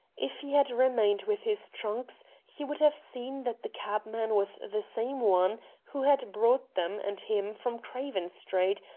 if he had remained with his trunks he would have seen that the cabman was the same one who had brought them and him from craven street,